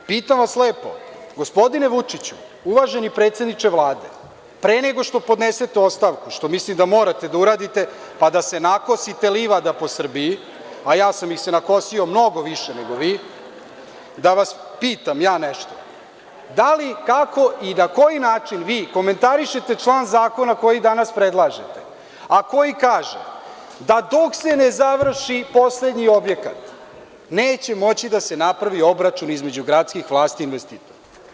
Pitam vas lepo, gospodine Vučiću, uvaženi predsedniče Vlade, pre nego što podnesete ostavku, što mislim da morate da uradite, pa da se nakosite livada po Srbiji, a ja sam ih se nakosio mnogo više nego vi, da vas pitam ja nešto, da li, kako i na koji način vi komentarišete član zakona koji danas predlažete, a koji kaže da dok se ne završi poslednji objekat, neće moći da se napravi obračun između gradskih vlasti i investitora.